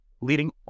leading